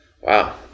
Wow